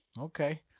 Okay